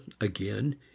again